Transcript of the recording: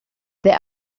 there